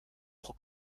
pro